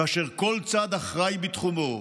כאשר כל צד אחראי בתחומו.